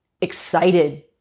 excited